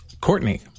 Courtney